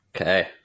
Okay